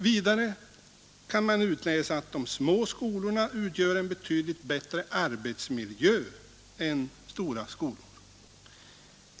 Vidare kan man utläsa att de små skolorna utgör en betydligt bättre arbetsmiljö än stora skolor.